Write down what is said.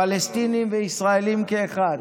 פלסטינים וישראלים כאחד.